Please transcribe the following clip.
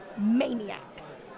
maniacs